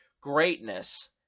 greatness